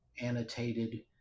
annotated